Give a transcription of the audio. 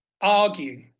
argue